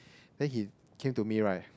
then he came to me right